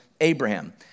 Abraham